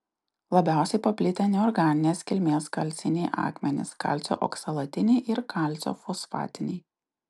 labiausiai paplitę neorganinės kilmės kalciniai akmenys kalcio oksalatiniai ir kalcio fosfatiniai